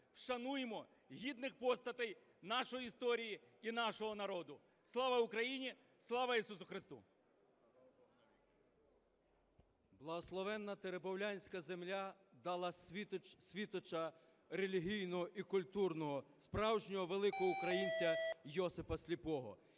Шануймо гідних постатей нашої історії і нашого народу. Слава Україні! Слава Ісусу Христу! 11:29:14 ЦИМБАЛЮК М.М. Благословенна теребовлянська земля дала світоча релігійного і культурного, справжнього великого українця - Йосипа Сліпого.